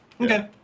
okay